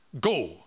go